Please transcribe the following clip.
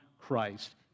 Christ